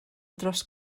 dros